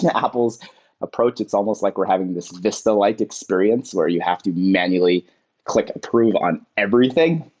and apple's approach, it's almost like we're having this vista-like experience where you have to manually click approve on everything.